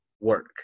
work